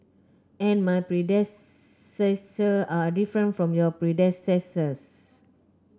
and my are different from your predecessors